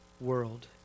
world